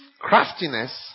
craftiness